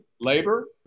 labor